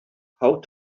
how